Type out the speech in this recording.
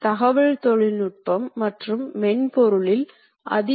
முதலில் மெசினிங் ஒரு பொருளாகக் கிடைக்க செய்வது ஆகும்